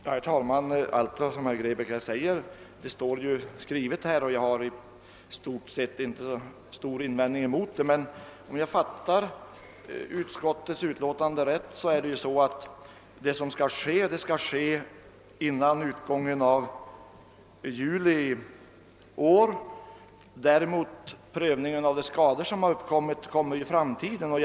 Herr talman! Allt vad herr Grebäck säger står skrivet i utskottsutlåtandet, och jag har i stort sett inte några invändningar att rikta mot det. Men om jag fattar utlåtandet rätt skall åtgärderna vidtas före utgången av juli månad i år, medan prövningen av de skador som uppkommer görs i efterhand.